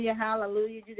Hallelujah